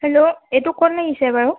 hello এইটো ক'ত লাগিছে বাৰু